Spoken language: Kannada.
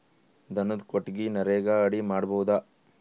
ದನದ ಕೊಟ್ಟಿಗಿ ನರೆಗಾ ಅಡಿ ಮಾಡಬಹುದಾ?